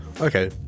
Okay